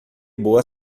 boa